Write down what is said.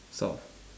south